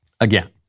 again